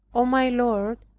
o my lord,